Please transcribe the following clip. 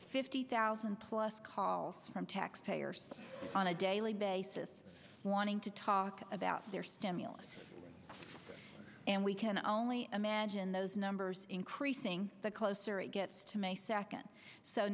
fifty thousand plus calls from taxpayers on a daily basis wanting to talk about their stimulus and we can only imagine those numbers increasing the closer it gets to may second so